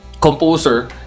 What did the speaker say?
composer